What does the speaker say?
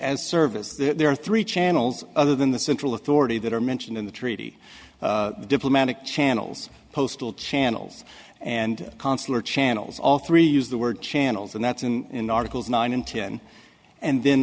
as service there are three channels other than the central authority that are mentioned in the treaty the diplomatic channels postal channels and consular channels all three use the word channels and that's in articles nine and ten and then